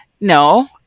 No